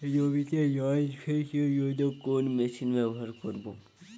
জমিতে জল সেচের জন্য কোন মেশিন ব্যবহার করব?